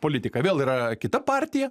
politiką vėl yra kita partija